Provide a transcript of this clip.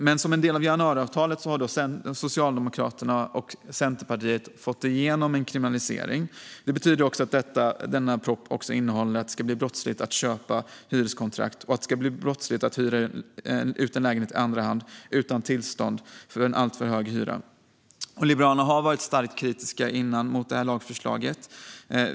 Men som en del av januariavtalet har Socialdemokraterna och Centerpartiet fått igenom en kriminalisering. Det betyder att propositionen också innehåller ett förslag om att det ska bli brottsligt att köpa hyreskontrakt och att hyra ut en lägenhet i andra hand utan tillstånd för en alltför hög hyra. Liberalerna har tidigare varit mycket kritiska till detta lagförslag.